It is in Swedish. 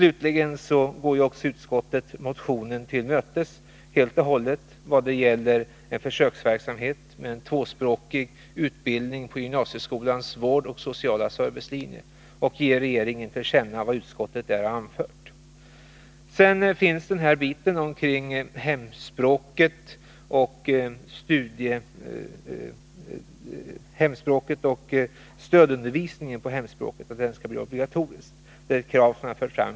Utskottet går motionen till mötes helt och hållet vad gäller en försöksverksamhet med tvåspråkig utbildning på gymnasieskolans vårdlinje och sociala servicelinje. Man hemställer att riksdagen ger regeringen till känna vad utskottet har anfört. Ett krav som har förts fram i motionen är att stödundervisningen på hemspråket skall bli obligatorisk.